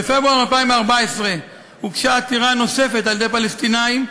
בפברואר 2014 הוגשה עתירה נוספת על-ידי פלסטינים,